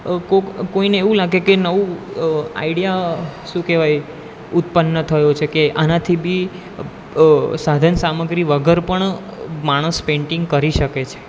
કોક કોઈને એવું લાગે કે નવું આઇડિયા શું કહેવાય ઉત્પન્ન થયો છે કે આનાથી બી સાધન સામગ્રી વગર પણ માણસ પેંટિંગ કરી શકે છે